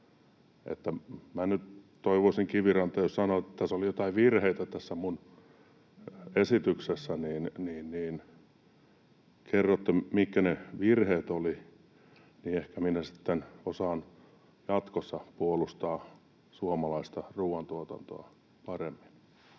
toivoisin, että Kiviranta jos sanoi, että oli joitain virheitä tässä minun esityksessäni, niin kerrotte, mitkä ne virheet olivat, niin ehkä sitten osaan jatkossa puolustaa suomalaista ruuantuotantoa paremmin.